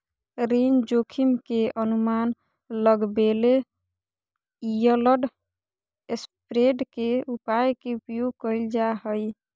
ऋण जोखिम के अनुमान लगबेले यिलड स्प्रेड के उपाय के उपयोग कइल जा हइ